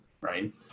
right